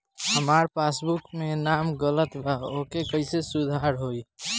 हमार पासबुक मे नाम गलत बा ओके कैसे सुधार होई?